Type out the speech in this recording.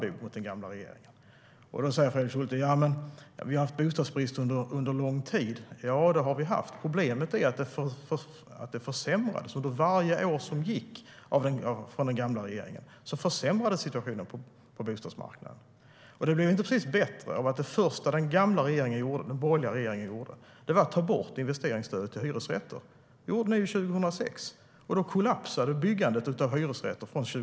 Den riktas mot den tidigare regeringen. Fredrik Schulte säger att vi har haft bostadsbrist under lång tid. Ja, det har vi haft. Problemet är att under den tidigare regeringen försämrades situationen på bostadsmarknaden för varje år som gick. Det blev inte precis bättre av att det första den borgerliga regeringen gjorde var att ta bort investeringsstödet till hyresrätter. Det gjordes 2006, och från 2006 till 2007 kollapsade byggandet av hyresrätter.